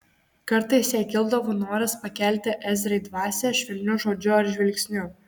kartais jai kildavo noras pakelti ezrai dvasią švelniu žodžiu ar žvilgsniu